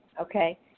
okay